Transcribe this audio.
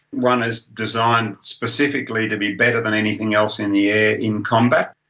one is designed specifically to be better than anything else in the air in combat,